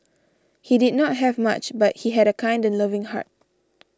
he did not have much but he had a kind and loving heart